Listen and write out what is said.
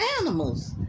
animals